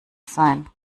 sein